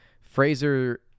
Fraser